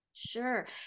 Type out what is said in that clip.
Sure